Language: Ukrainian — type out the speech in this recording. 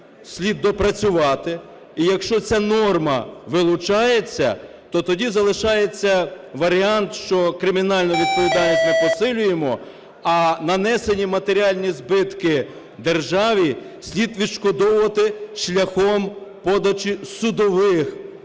слід допрацювати, і якщо ця норма вилучається, то тоді залишається варіант, що кримінальну відповідальність ми посилюємо, а нанесені матеріальні збитки державі слід відшкодовувати шляхом подачі судових